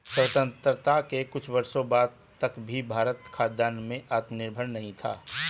स्वतंत्रता के कुछ वर्षों बाद तक भी भारत खाद्यान्न में आत्मनिर्भर नहीं था